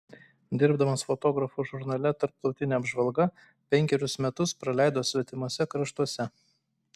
dirbdamas fotografu žurnale tarptautinė apžvalga penkerius metus praleido svetimuose kraštuose